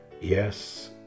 Yes